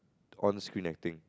on screen acting